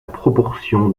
proportion